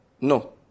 No